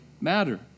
matter